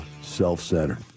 self-centered